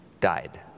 died